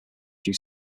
due